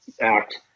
Act